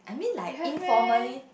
you have meh